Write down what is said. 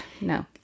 no